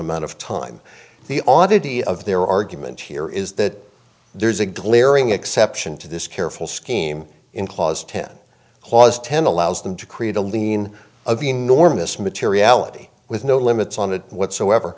amount of time the oddity of their argument here is that there's a glaring exception to this careful scheme in clause ten haws ten allows them to create a lien of enormous materiality with no limits on it whatsoever